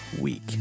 week